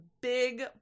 big